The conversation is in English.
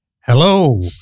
Hello